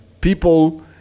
people